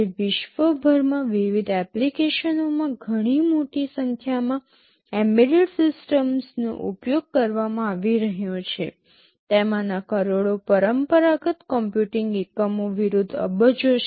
આજે વિશ્વભરમાં વિવિધ એપ્લિકેશનોમાં ઘણી મોટી સંખ્યામાં એમ્બેડેડ સિસ્ટમ્સનો ઉપયોગ કરવામાં આવી રહ્યો છે તેમાંના કરોડો પરંપરાગત કમ્પ્યુટિંગ એકમો વિરુદ્ધ અબજો છે